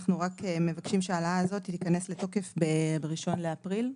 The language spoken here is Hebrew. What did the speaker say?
אנחנו רק מבקשים שההעלאה הזאת תיכנס לתוקף ב-1 באפריל.